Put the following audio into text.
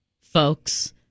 folks